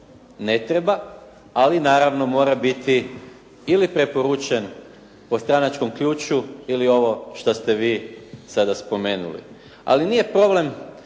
ne treba, ali naravno mora biti ili preporučen po stranačkom ključu ili ovo što ste vi sada spomenuli. Ali nije problem